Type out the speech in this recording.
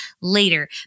later